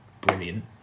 brilliant